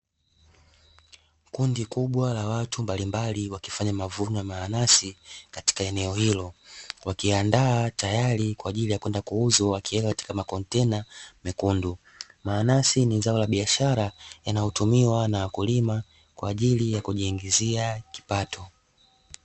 Kundi kubwa la watu mbalimbali wakifanya mavuno ya mananasi katika eneo hilo, wakiandaa tayari kwa ajili ya kwenda kuuzwa wakiweka katika makontena mekundu. Mananasi ni zao la biashara yanayotumiwa na wakulima kwa ajili ya kujiingizia kipato.